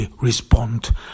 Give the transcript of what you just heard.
respond